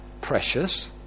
precious